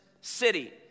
city